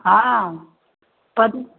हँ पर